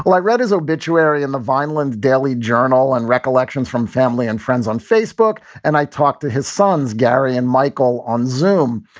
like read his obituary in the vineland daily journal and recollections from family and friends on facebook. and i talked to his sons, gary and michael on zoome.